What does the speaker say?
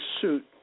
suit